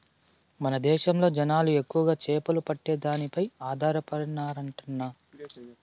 మన దేశంలో జనాలు ఎక్కువగా చేపలు పట్టే దానిపై ఆధారపడినారంటన్నా